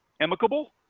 amicable